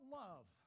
love